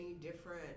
different